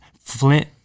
Flint